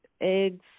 eggs